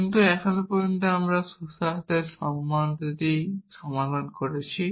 কিন্তু এখনও পর্যন্ত আমরা সুস্বাস্থ্যের সমস্যাটি সমাধান করেছি